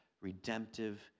redemptive